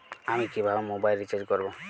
আমি কিভাবে mobile recharge করব?